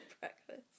Breakfast